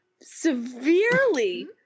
severely